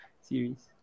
series